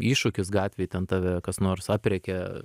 iššūkis gatvėj ten tave kas nors aprėkė